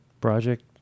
project